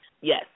Yes